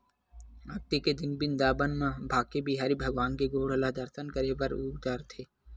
अक्ती के दिन बिंदाबन म बाके बिहारी भगवान के गोड़ ल दरसन करे बर उघारथे